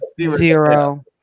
zero